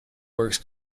works